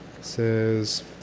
Says